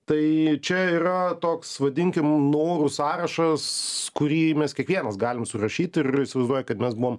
tai čia yra toks vadinkim norų sąrašas kurį mes kiekvienas galim surašyti ir įsivaizduoja kad mes buvom